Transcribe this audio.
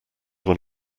one